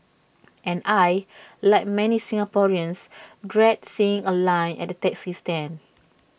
and I Like many Singaporeans dread seeing A line at the taxi stand